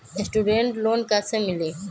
Student loan कैसे मिली?